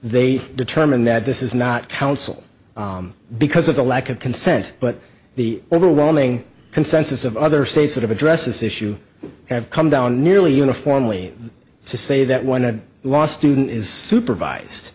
they determine that this is not counsel because of the lack of consent but the overwhelming consensus of other states that have addressed this issue have come down nearly uniformly to say that when a law student is supervised